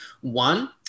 One